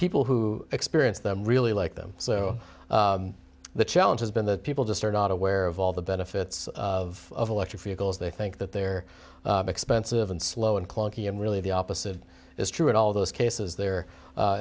people who experience them really like them so the challenge has been that people just are not aware of all the benefits of electric vehicles they think that they're expensive and slow and clunky and really the opposite is true in all those cases there